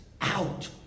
out